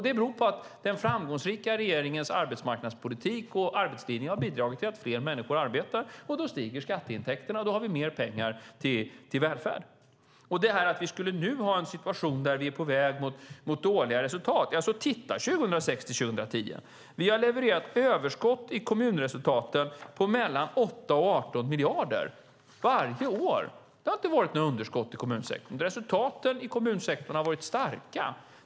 Det beror på att regeringens framgångsrika arbetsmarknadspolitik och arbetslinje har bidragit till att fler människor arbetar. Då stiger skatteintäkterna, och då har vi mer pengar till välfärd. Ni säger att vi nu skulle ha en situation där vi är på väg mot dåliga resultat. Titta på 2006-2010! Vi har levererat överskott i kommunresultaten på mellan 8 och 18 miljarder varje år. Det har inte varit några underskott i kommunsektorn. Resultaten i kommunsektorn har varit starka.